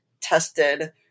tested